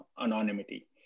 anonymity